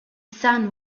sun